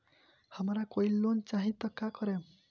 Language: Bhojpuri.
हमरा कोई लोन चाही त का करेम?